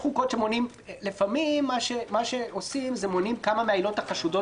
לפעמים מונים כמה מהעילות החשודות